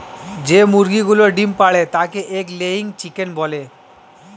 যে মুরগিগুলো ডিম পাড়ে তাদের এগ লেয়িং চিকেন বলে